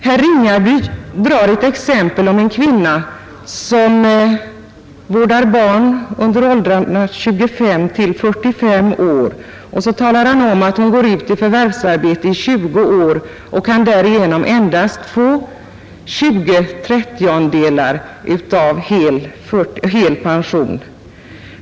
Herr Ringaby tar som exempel en kvinna som mellan 25 och 45 års ålder vårdar barn i hemmet. Därefter går hon ut i förvärvsarbete under 20 år och kan därför endast få 20/30 av hel pension.